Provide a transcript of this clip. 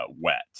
wet